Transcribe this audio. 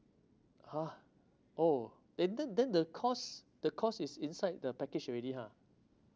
!huh! oh eh then then the cost the cost is inside the package already ha